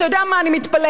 אני מתפלאת עליך.